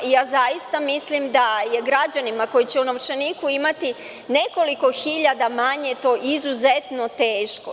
Zaista mislim da je građanima koji će u novčaniku imati nekoliko hiljada manje to izuzetno teško.